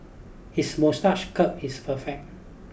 his moustache curl is perfect